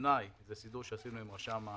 זה סידור שעשינו עם ראשי התאגידים,